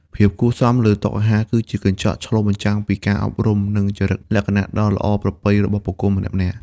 ភាពគួរសមលើតុអាហារ គឺជាកញ្ចក់ឆ្លុះបញ្ចាំងពីការអប់រំ និងចរិតលក្ខណៈដ៏ល្អប្រពៃរបស់បុគ្គលម្នាក់ៗ។